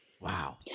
Wow